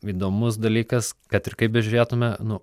įdomus dalykas kad ir kaip bežiūrėtume nu